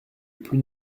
plus